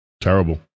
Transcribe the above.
terrible